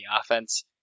offense